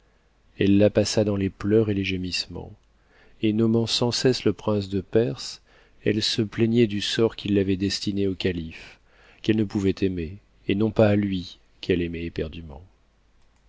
elle la passa dans les pleurs et les gémissements et nommant sans cesse le prince de perse elle se plaignait du sort qui l'avait destinée au calife qu'elle ne pouvait aimer et non pas à lui qu'elle aimait éperdùment